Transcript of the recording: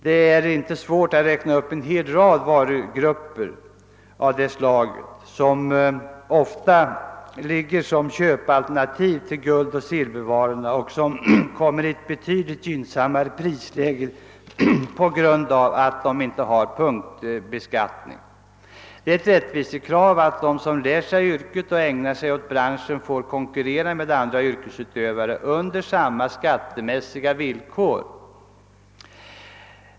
Det är inte svårt att räkna upp en rad varugrupper som ofta utgör köpalternativ till guldoch silvervarorna men som kommer i ett betydligt gynnsammare prisläge på grund av att de inte punktbeskattas. Det är ett rättvisekrav att de som lärt sig yrket och ägnar sig åt branschen får konkurrera med andra yrkesutövare på samma skattemässiga villkor.